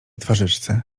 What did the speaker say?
twarzyczce